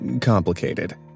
complicated